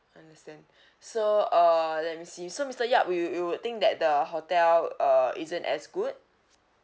understand so uh let me see so mister yap we you would think that the hotel uh isn't as good